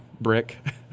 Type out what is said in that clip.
brick